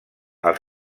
els